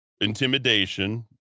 intimidation